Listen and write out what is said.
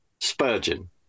Spurgeon